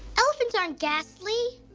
elephants aren't ghastly.